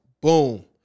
boom